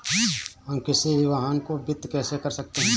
हम किसी भी वाहन को वित्त कैसे कर सकते हैं?